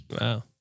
wow